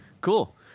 Cool